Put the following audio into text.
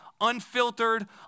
unfiltered